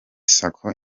sacco